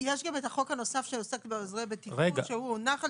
יש גם את החוק הנוסף שעוסק בעוזרי בטיחות שהוא הונח על